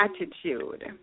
Attitude